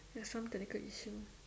some technical issue